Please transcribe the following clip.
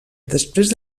després